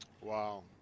Wow